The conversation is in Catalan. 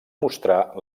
mostrar